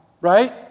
right